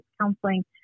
counseling